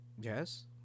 Yes